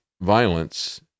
violence